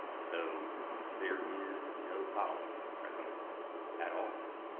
so there is no policy presently at all.